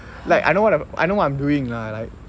like I know what I know what I'm doing lah like